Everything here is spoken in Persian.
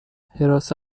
حراست